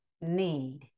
need